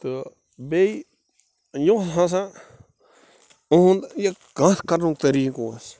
تہٕ بیٚیہِ یُس ہسا اُہُنٛد یہِ کتھ کرٕنُک طریٖقہٕ اوس